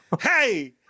hey